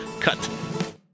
Cut